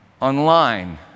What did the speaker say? online